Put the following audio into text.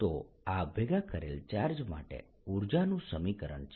તો આ ભેગા કરેલ ચાર્જ માટે ઊર્જાનું સમીકરણ છે